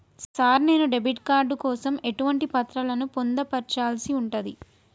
Sir నేను debit card కోసం ఎటువంటి పత్రాలను పొందుపర్చాల్సి ఉంటది?